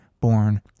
Born